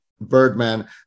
*Birdman*